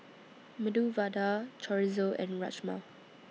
Medu Vada Chorizo and Rajma